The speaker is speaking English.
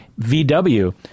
VW